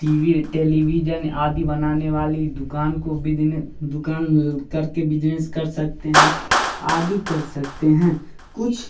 T V television आदि बनाने वाली दुकान को बिग्न दुकान में करके बिजनेस कर सकते हैं आदि कर सकते हैं कुछ